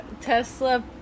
tesla